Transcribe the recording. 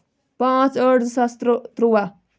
پانٛژھ ٲٹھ زٕ ساس ترٕوا